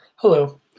Hello